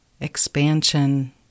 expansion